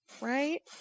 Right